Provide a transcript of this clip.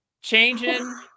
changing